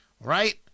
Right